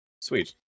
Sweet